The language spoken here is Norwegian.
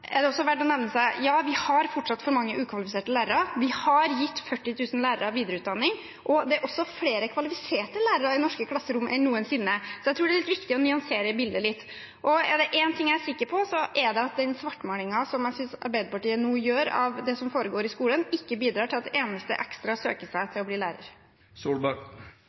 er det også verdt å merke seg at ja, vi har fortsatt for mange ukvalifiserte lærere, men vi har gitt 40 000 lærere videreutdanning, og det er også flere kvalifiserte lærere i norske klasserom enn noensinne. Så jeg tror det er viktig å nyansere bildet litt. Er det én ting jeg er sikker på, er det at den svartmalingen som jeg synes Arbeiderpartiet nå gjør av det som foregår i skolen, ikke bidrar til at en eneste ekstra søker seg til å bli